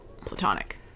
Platonic